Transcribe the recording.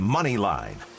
Moneyline